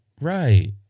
Right